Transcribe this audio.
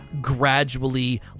gradually